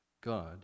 God